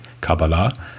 Kabbalah